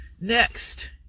Next